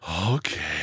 Okay